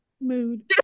Mood